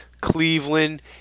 Cleveland